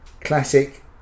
classic